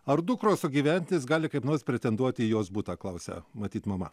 ar dukros sugyventis gali kaip nors pretenduot į jos butą klausia matyt mama